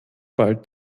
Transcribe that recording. bald